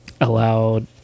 allowed